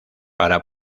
para